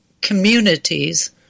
communities